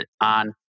on